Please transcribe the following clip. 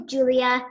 Julia